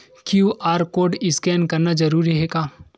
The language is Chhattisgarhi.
क्यू.आर कोर्ड स्कैन करना जरूरी हे का?